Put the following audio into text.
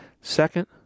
Second